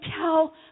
tell